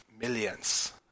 millions